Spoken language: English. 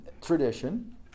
tradition